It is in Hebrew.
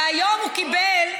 והיום הוא קיבל,